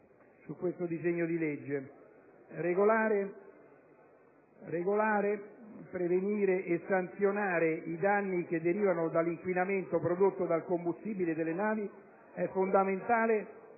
Regolare, prevenire e sanzionare i danni che derivano dall'inquinamento prodotto dal combustibile delle navi è fondamentale